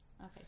Okay